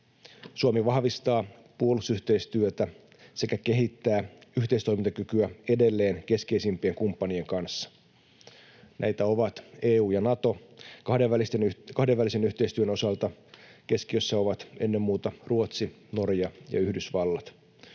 Suomi vahvistaa puolustusyhteistyötä sekä kehittää yhteistoimintakykyä edelleen keskeisimpien kumppanien kanssa. Näitä ovat EU ja Nato, ja kahdenvälisen yhteistyön osalta keskiössä ovat ennen muuta Ruotsi, Norja ja Yhdysvallat.